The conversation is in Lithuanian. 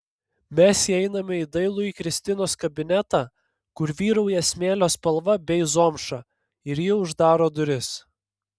mes įeiname į dailųjį kristinos kabinetą kur vyrauja smėlio spalva bei zomša ir ji uždaro duris